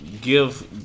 give